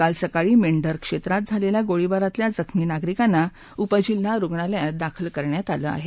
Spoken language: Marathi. काल सकाळी मेंढर क्षेत्रात झालेल्या गोळीबारातल्या जखमी नागरिकांना उपजिल्हा रुग्णालयात दाखल करण्यात आलं आहे